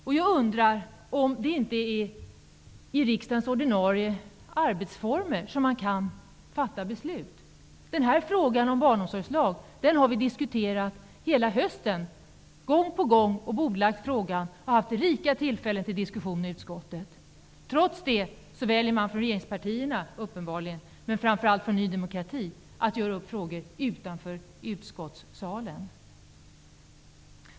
Är det inte inom ramen för riksdagens ordinarie arbetsformer som man skall fatta beslut? Frågan om barnomsorgslag har vi diskuterat gång på gång hela hösten. Vi har bordlagt frågan och haft rika tillfällen till diskussion i utskottet. Trots det väljer uppenbarligen regeringspartierna och framför allt Ny demokrati att göra upp frågor utanför utskottssalen.